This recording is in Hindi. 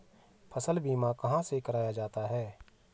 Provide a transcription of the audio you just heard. फसल बीमा कहाँ से कराया जाता है?